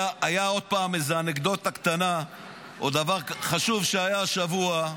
עוד אנקדוטה קטנה או דבר חשוב שהיה השבוע: